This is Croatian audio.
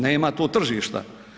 Nema tu tržišta.